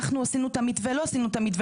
'אנחנו עשינו את המתווה' 'לא עשינו את המתווה',